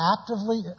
actively